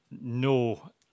no